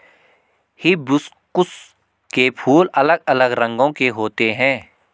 hibiscus के फूल अलग अलग रंगो के होते है